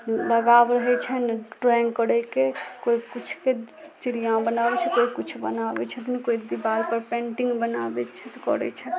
लगाव रहै छै ने ड्रॉइंग करैके कोइ किछुके चिड़िया बनाबै छै कोइ किछु बनाबै छथिन कोइ दिवार पर पेन्टिंग बनाबै छथि करै छै